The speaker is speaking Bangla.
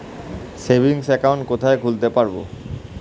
সেভিংস অ্যাকাউন্ট কোথায় খুলতে পারব?